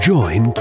Join